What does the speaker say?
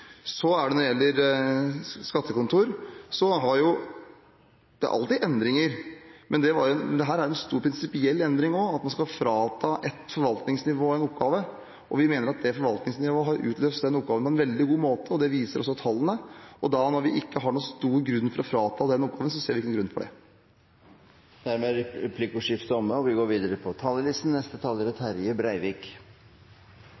Når det gjelder skattekontor, er det alltid endringer, men dette er en stor prinsipiell endring – at man skal frata et forvaltningsnivå en oppgave. Vi mener at det forvaltningsnivået har utført den oppgaven på en veldig god måte, og det viser også tallene. Når vi ikke har noen stor grunn til å frata dem den oppgaven, ser vi ikke at man skal gjøre det. Replikkordskiftet er omme. Når me i dag reviderer statsbudsjettet for 2015, gjer me det i ei brytningstid. Næringa som har vore fundamentet for økonomien og